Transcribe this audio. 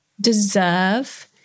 deserve